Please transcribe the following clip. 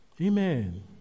Amen